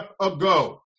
ago